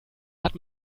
hat